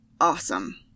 Awesome